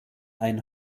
ein